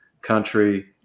country